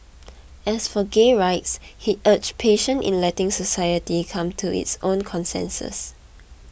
as for gay rights he urged patience in letting society come to its own consensus